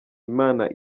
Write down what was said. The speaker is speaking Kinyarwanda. imana